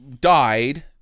died